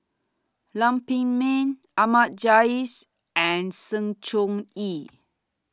Lam Pin Min Ahmad Jais and Sng Choon Yee